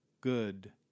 good